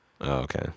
Okay